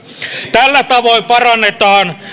tällä tavoin parannetaan